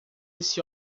esse